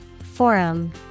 Forum